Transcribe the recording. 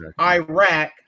Iraq